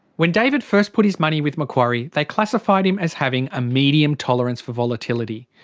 when david first put his money with macquarie they classified him as having a medium tolerance for volatility,